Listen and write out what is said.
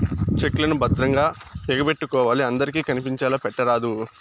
check లను భద్రంగా ఎగపెట్టుకోవాలి అందరికి కనిపించేలా పెట్టరాదు